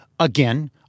Again